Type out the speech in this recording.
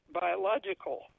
biological